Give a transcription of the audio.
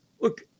look